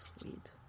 Sweet